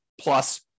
plus